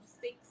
six